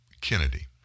Kennedy